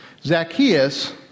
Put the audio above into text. Zacchaeus